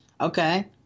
Okay